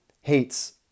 hates